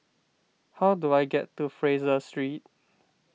how do I get to Fraser Street